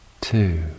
two